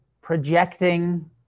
projecting